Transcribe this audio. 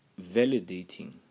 validating